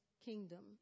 kingdom